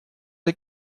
des